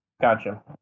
Gotcha